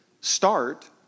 start